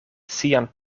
sian